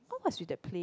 how much is that play